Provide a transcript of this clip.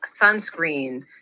sunscreen